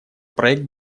проект